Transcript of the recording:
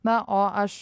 na o aš